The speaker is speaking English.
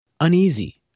uneasy